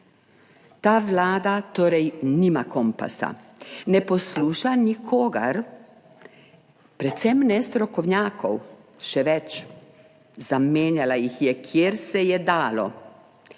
Ta Vlada torej nima kompasa, ne posluša nikogar, predvsem ne strokovnjakov, še več, zamenjala jih je, kjer se je dalo.